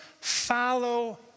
follow